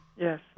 Yes